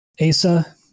Asa